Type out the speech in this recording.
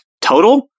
total